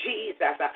Jesus